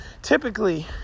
Typically